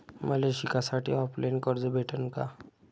मले शिकासाठी ऑफलाईन कर्ज भेटन का?